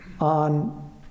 on